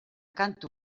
kantu